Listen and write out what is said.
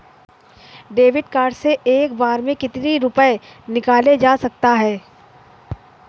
David card से एक बार में कितनी रूपए निकाले जा सकता है?